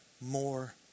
more